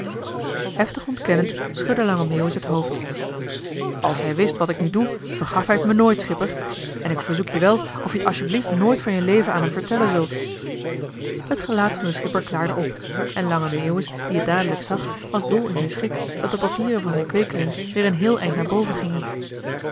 heftig ontkennend schudde lange meeuwis het hoofd als hij wist wat ik nu doe vergaf hij t me nooit joh h been paddeltje de scheepsjongen van michiel de ruijter schipper en ik verzoek je wel of je t alsjeblief nooit van je leven aan hem vertellen zult t gelaat van den schipper klaarde op en lange meeuwis die het dadelijk zag was dol in zijn schik dat de papieren van zijn kweekeling weer een heel eind naar boven gingen